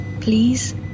Please